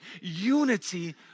unity